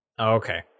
Okay